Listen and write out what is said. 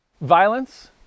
Violence